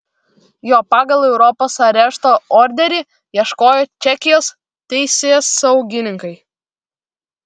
jo pagal europos arešto orderį ieškojo čekijos teisėsaugininkai